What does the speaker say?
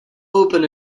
open